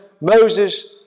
Moses